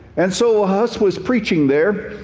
and so hus was preaching there,